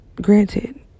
granted